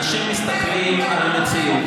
אנשים מסתכלים על המציאות.